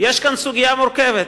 יש כאן סוגיה מורכבת,